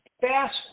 fast